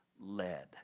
led